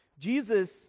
Jesus